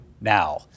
now